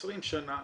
20 שנה,